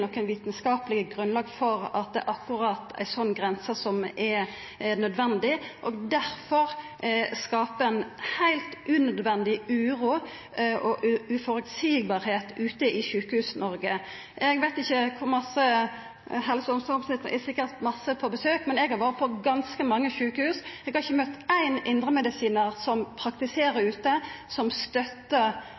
grunnlag for at akkurat ei slik grense er nødvendig og difor skaper ei heilt unødvendig uro og ein uføreseieleg situasjon ute i Sjukehus-Noreg. Helse- og omsorgsministeren er sikkert på mange besøk, men eg har vore på ganske mange sjukehus, og eg har ikkje møtt éin indremedisinar som praktiserer ute, som støttar